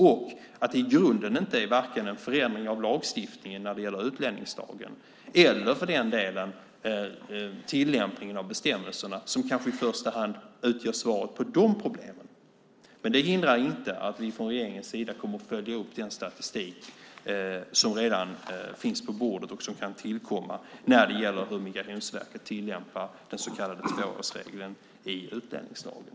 I grunden är det varken en förändring av lagstiftningen när det gäller utlänningslagen eller, för den delen, tillämpningen av bestämmelserna som kanske i första hand utgör svaret på de problemen. Men det hindrar inte att vi från regeringens sida kommer att följa upp den statistik som redan finns på bordet och den som kan tillkomma över hur Migrationsverket tillämpar den så kallade tvåårsregeln i utlänningslagen.